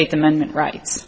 eighth amendment right